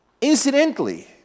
Incidentally